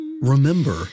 remember